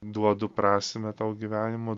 duodu prasmę tau gyvenimo